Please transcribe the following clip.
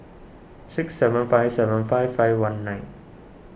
six seven five seven five five one nine